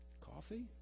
coffee